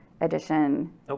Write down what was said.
edition